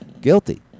guilty